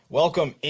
welcome